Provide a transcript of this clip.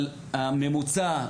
אבל הממוצע,